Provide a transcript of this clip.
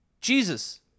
Jesus